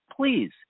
Please